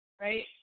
right